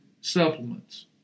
supplements